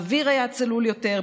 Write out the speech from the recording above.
האוויר היה צלול יותר,